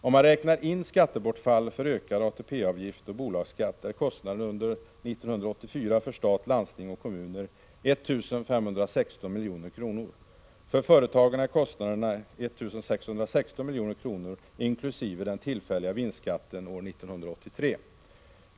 Om man räknar in skattebortfall för ökad ATP-avgift och bolagsskatt, är kostnaderna under 1984 för stat, landsting och kommuner 1 516 milj.kr. För företagen är kostnaderna 1 616 milj.kr. inkl. den tillfälliga vinstskatten år 1983.